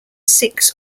six